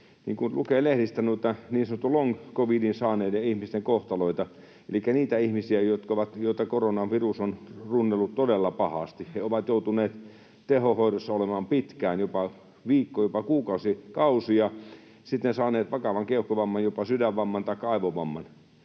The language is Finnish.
kun lukee lehdistä noita niin sanotun long covidin saaneiden ihmisten elikkä niiden ihmisten kohtaloita, joita koronavirus on runnellut todella pahasti — he ovat joutuneet tehohoidossa olemaan pitkään, jopa viikkoja, kuukausia, sitten saaneet vakavan keuhkovamman, jopa sydänvamman taikka aivovamman